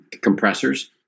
compressors